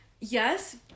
Yes